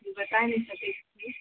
बताए नहि सकै छी